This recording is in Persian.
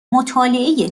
مطالعه